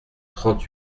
trente